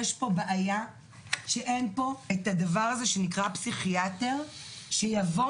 יש פה בעיה שאין פה את הדבר הזה שנקרא פסיכיאטר שיבוא